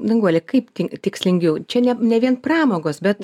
danguolė kaip tikslingiau čia ne ne vien pramogos bet